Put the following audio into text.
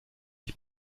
ich